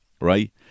Right